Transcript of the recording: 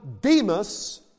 Demas